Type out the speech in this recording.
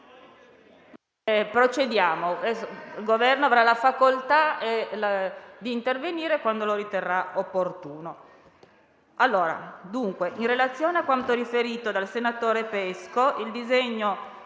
chiara: il Governo avrà la facoltà di intervenire quando lo riterrà opportuno.